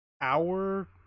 hour